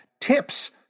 tips